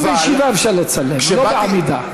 גם בישיבה אפשר לצלם, לא בעמידה.